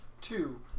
Two